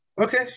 okay